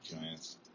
Giants